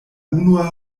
unua